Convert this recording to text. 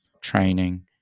training